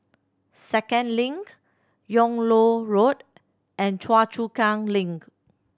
Second Link Yung Loh Road and Choa Chu Kang Link